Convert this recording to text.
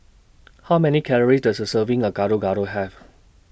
How Many Calories Does A Serving of Gado Gado Have